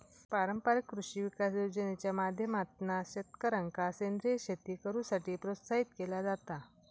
पारंपारिक कृषी विकास योजनेच्या माध्यमातना शेतकऱ्यांका सेंद्रीय शेती करुसाठी प्रोत्साहित केला जाता